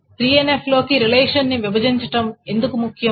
3NF లోకి రిలేషన్ని విభజించటం ఎందుకు ముఖ్యం